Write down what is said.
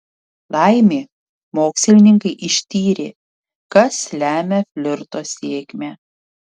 laimė mokslininkai ištyrė kas lemia flirto sėkmę